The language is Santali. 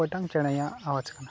ᱚᱠᱚᱭ ᱴᱟᱝ ᱪᱮᱬᱮᱣᱟᱜ ᱟᱣᱟᱡᱽ ᱠᱟᱱᱟ